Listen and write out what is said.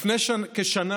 לפני כשנה,